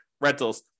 rentals